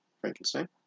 Frankenstein